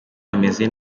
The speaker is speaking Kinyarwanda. ameze